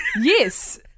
Yes